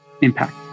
impact